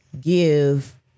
give